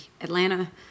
Atlanta